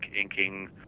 inking